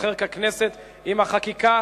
תיזכר ככנסת עם החקיקה